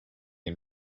and